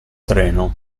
treno